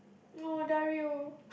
oh Dario